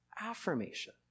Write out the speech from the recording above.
affirmation